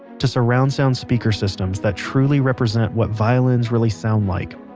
to surround-sound speaker systems that truly represent what violins really sound like,